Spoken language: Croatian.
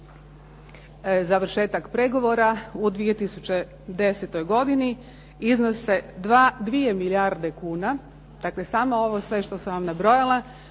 završetak pregovora u 2010. godini iznose 2 milijarde kuna. Dakle, samo ove sve što sam vam nabrojala